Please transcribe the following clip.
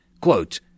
Quote